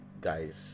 guys